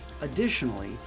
Additionally